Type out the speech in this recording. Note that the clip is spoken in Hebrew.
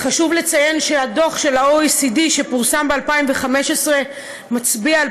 חשוב לציין שהדוח של ה-OECD שפורסם ב-2015 מצביע על